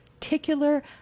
particular